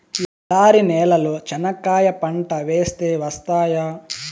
ఎడారి నేలలో చెనక్కాయ పంట వేస్తే వస్తాయా?